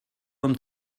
them